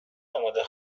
آماده